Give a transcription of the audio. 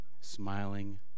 smiling